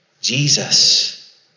Jesus